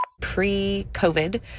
Pre-COVID